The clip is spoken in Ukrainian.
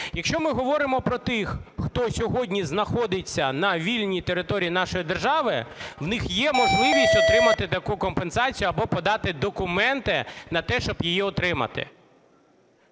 Якщо ми говоримо про тих, хто сьогодні знаходиться на вільній території нашої держави, у них є можливість отримати таку компенсацію або подати документи на те, щоб її отримати.